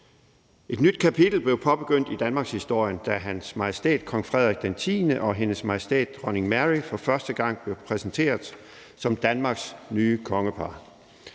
Et nyt kapitel i danmarkshistorien blev påbegyndt, da hans majestæt kong Frederik X og hendes majestæt dronning Mary for første gang blev præsenteret som Danmarks nye kongepar.